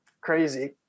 Crazy